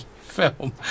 film